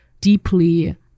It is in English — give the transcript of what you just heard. deeply